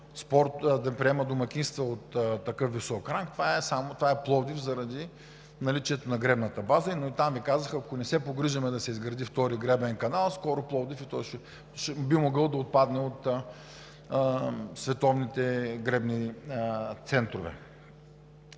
да приема домакинства от такъв висок ранг, е Пловдив заради наличието на гребната база. Но от там ми казаха, че ако не се погрижим да се изгради втори гребен канал, скоро и Пловдив би могъл да отпадне от световните гребни центрове.